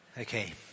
Okay